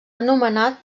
anomenat